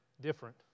different